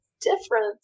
different